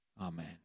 Amen